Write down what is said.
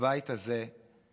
הבית הזה במיוחד,